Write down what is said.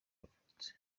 yavutse